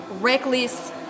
reckless